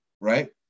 right